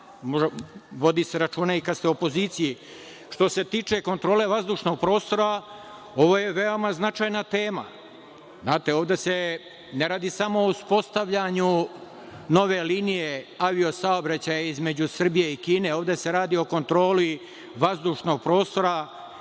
Vodi se računa i kada ste u opoziciji. Što se tiče kontrole vazdušnog prostora, ovo je veoma značajna tema. Znate, ovde se ne radi samo o uspostavljanju nove linije avio saobraćaja između Srbije i Kine, ovde se radi o kontroli vazdušnog prostora